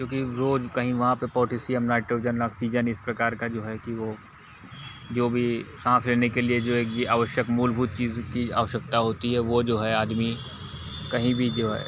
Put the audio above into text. क्योंकि रोज कहीं वहाँ पे पोटैशियम नाइट्रोजन ऑक्सीजन इस प्रकार का जो है कि वो जो भी साँस लेने के लिए जो है ये आवश्यक मूलभूत चीज़ की आवश्यकता होती है वो जो है आदमी कहीं भी जो है